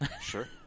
Sure